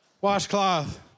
washcloth